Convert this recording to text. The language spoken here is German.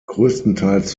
größtenteils